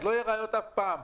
אז לא יהיו ראיות אף פעם.